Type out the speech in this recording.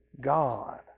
God